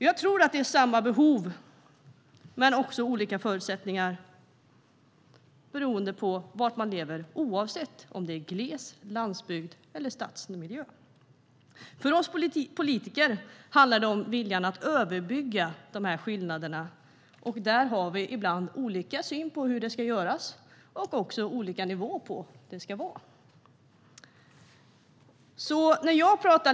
Jag tror att vi har samma behov men olika förutsättningar beroende på om vi bor i glesbygd, landsbygd eller stadsmiljö. För oss politiker handlar det om viljan att överbrygga dessa skillnader. Här har vi ibland olika syn på hur det ska göras och olika nivå på hur det ska vara.